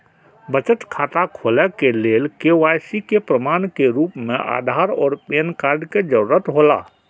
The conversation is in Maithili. बचत खाता खोले के लेल के.वाइ.सी के प्रमाण के रूप में आधार और पैन कार्ड के जरूरत हौला